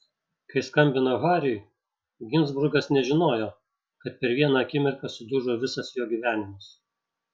kai skambino hariui ginzburgas nežinojo kad per vieną akimirką sudužo visas jo gyvenimas